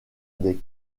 des